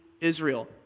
Israel